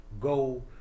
go